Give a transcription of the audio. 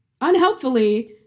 unhelpfully